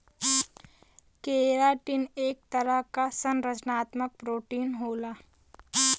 keratin एक तरह क संरचनात्मक प्रोटीन होला